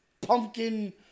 Pumpkin